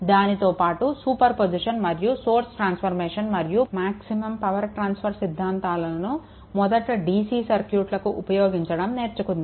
దానితో పాటు superposition మరియు సోర్స్ ట్రాన్స్ఫర్మేషన్ మరియు మాక్సిమమ్ ట్రాన్సఫర్ సిద్ధాంతాలనుమొదట డిసి సర్క్యూట్కి ఉపయోగించడం నేర్చుకుందాము